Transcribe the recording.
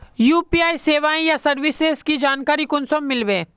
UPI सेवाएँ या services की जानकारी कुंसम मिलबे?